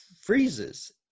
freezes